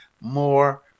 more